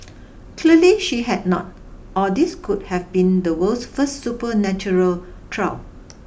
clearly she had not or this could have been the world's first supernatural trial